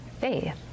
faith